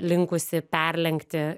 linkusi perlenkti